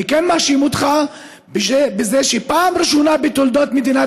אני כן מאשים אותך בזה שפעם ראשונה בתולדות מדינת